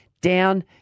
Down